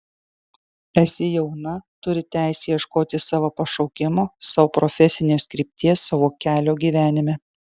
esi jauna turi teisę ieškoti savo pašaukimo savo profesinės krypties savo kelio gyvenime